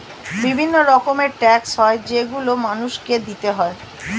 বিভিন্ন রকমের ট্যাক্স হয় যেগুলো মানুষকে দিতে হয়